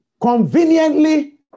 conveniently